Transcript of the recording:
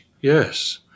Yes